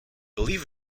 believe